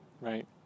right